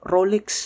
Rolex